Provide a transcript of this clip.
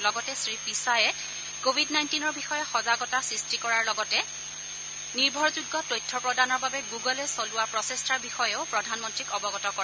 লগতে শ্ৰীপিচায়ে লগতে কোৱিড নাইণ্টিনৰ বিষয়ে সজাগতা সৃষ্টি কৰাৰ লগতে নিৰ্ভৰযোগ্য তথ্য প্ৰদানৰ বাবে গুগলে চলোৱা প্ৰচেষ্টাৰ বিষয়েও প্ৰধানমন্ৰীক অৱগত কৰে